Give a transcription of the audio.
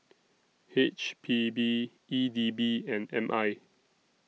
H P B E D B and M I